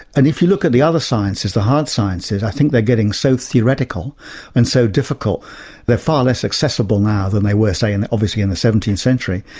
and if you look at the other sciences, the hard sciences, i think they're getting so theoretical and so difficult they're far less accessible now than they were, say, in, obviously, in the seventeenth century.